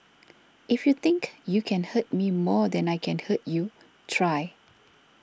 if you think you can hurt me more than I can hurt you try